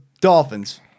Dolphins